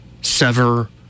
sever